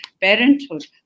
parenthood